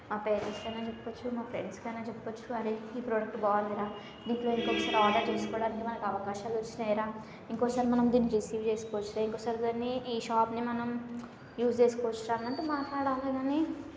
మా పేరెంట్స్ కైనా చెప్పచ్చు మా ఫ్రెండ్స్ కైనా చెప్పచ్చు అది ఈ ప్రోడక్ట్ బాగుందిరా దీంట్లో ఇంకోసారి ఆర్డర్ చేసుకోవడానికి మనకి అవకాశాలు వచ్చినాయి రా ఇంకోసారి మనం దీన్ని రిసీవ్ చేసుకోవచ్చురా ఇంకోసారి దీన్ని ఈ షాప్ని మనం యూస్ చేసుకోవచ్చు రా అదంతా మాట్లాడాలని